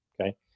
Okay